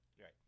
Right